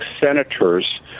senators